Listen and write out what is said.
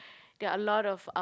there are a lot of uh